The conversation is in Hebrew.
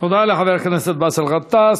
תודה לחבר הכנסת באסל גטאס.